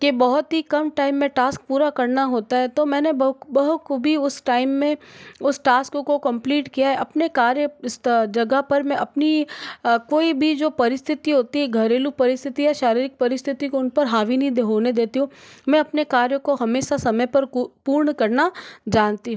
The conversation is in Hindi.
कि बहुत ही कम टाइम में टास्क पूरा करना होता है तो मैंने बख़ूबी उसे टाइम में उस टास्क को कम्प्लीट किया है अपने कार्य स्थल जगह पर मैं अपनी कोई भी जो परिस्थिति होती है घरेलू परिस्थिति है शारीरिक परिस्थिति को उन पर हावी नहीं दे होने देती हूँ मैं अपने कार्य को हमेशा समय पर कू पूर्ण करना जानती हूँ